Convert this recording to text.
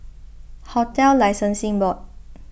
Hotel Licensing Board